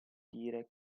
dire